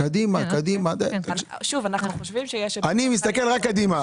אני מסתכל רק קדימה.